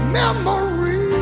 memories